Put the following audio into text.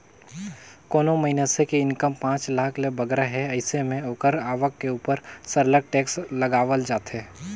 कोनो मइनसे के इनकम पांच लाख ले बगरा हे अइसे में ओकर आवक के उपर सरलग टेक्स लगावल जाथे